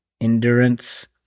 endurance